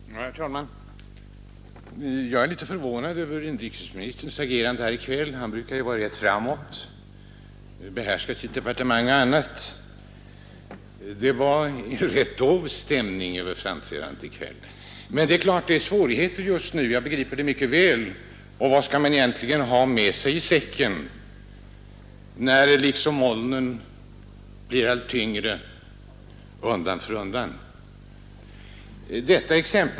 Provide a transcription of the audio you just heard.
Herr talman! Jag är litet förvånad över inrikesministerns agerande i kväll; han brukar vara rätt framåt och behärska sitt departement. Det var en rätt dov stämning över hans framträdande i kväll — jag begriper det mycket väl; vi har svårigheter just nu. Vad kan man egentligen ha med sig i säcken när molnen blir allt tyngre?